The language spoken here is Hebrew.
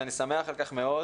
ואני שמח על כך מאוד.